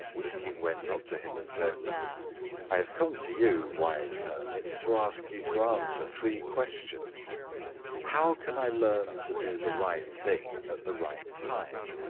the king went up to him and said i have come to you, wise hermit, to ask you to answer three questions how can i learn to do the right thing at the right time?